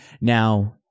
Now